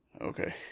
Okay